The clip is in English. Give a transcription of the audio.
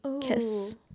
kiss